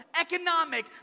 economic